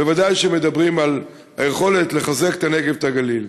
בוודאי כשמדברים על היכולת לחזק את הנגב ואת הגליל.